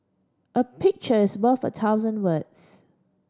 a picture is worth a thousand words